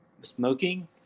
Smoking